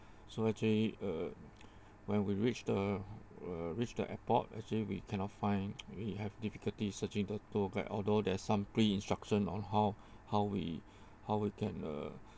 so actually uh when we reach the uh reach the airport actually we cannot find we have difficulty searching the tour guide although there's some pre instruction on how how we how we can uh